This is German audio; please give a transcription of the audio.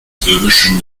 böhmischen